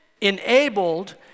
enabled